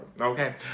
okay